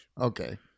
Okay